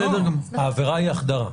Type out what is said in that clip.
העבירה היא החדרה.